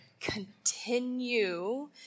continue